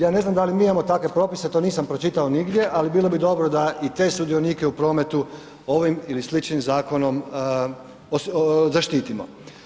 Ja ne znam da li imamo takve propise, to nisam pročitao nigdje ali bilo bi dobro da i te sudionike u prometu ovim ili sličnim zakonom zaštitimo.